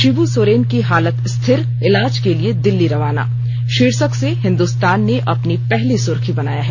शिबू सोरेन की हालत स्थिर इलाज के लिए दिल्ली रवाना शीर्षक से हिन्दुस्तान ने अपनी पहली सुर्खी बनाया है